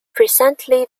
presently